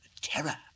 terror